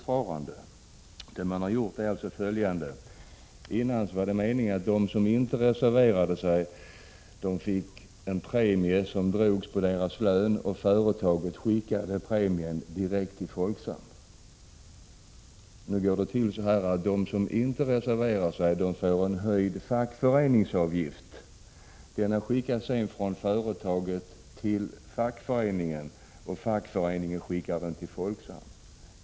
Från början var det meningen att de som inte reserverade sig skulle få en premie som drogs på lönen, och företaget skickade premien direkt till Folksam. Nu går det till så att de som inte reserverar sig får en höjd fackföreningsavgift. Denna skickas från företaget till fackföreningen, som skickar den till Folksam.